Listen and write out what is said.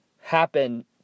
happen